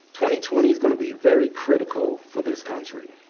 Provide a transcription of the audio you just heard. twenty twenty is gonna be very critical for this country